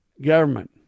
government